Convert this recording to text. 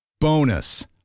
Bonus